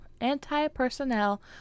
Anti-Personnel